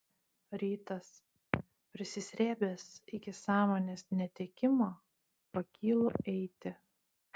rytas prisisrėbęs iki sąmonės netekimo pakylu eiti